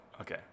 okay